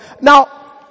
Now